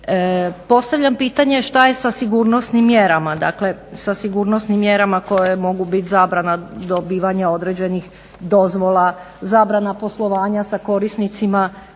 mjerama? Dakle, sa sigurnosnim mjerama koje mogu biti zabrana dobivanja određenih dozvola, zabrana poslovanja sa korisnicima